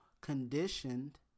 conditioned